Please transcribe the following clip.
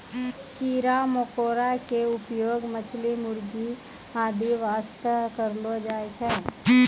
कीड़ा मकोड़ा के उपयोग मछली, मुर्गी आदि वास्तॅ करलो जाय छै